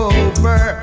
over